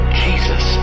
jesus